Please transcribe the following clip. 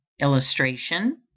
illustration